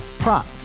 Prop